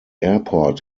airport